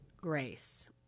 grace